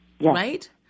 right